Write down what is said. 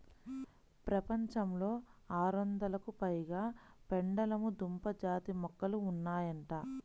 ప్రపంచంలో ఆరొందలకు పైగా పెండలము దుంప జాతి మొక్కలు ఉన్నాయంట